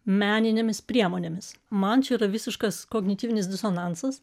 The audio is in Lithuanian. meninėmis priemonėmis man čia yra visiškas kognityvinis disonansas